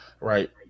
right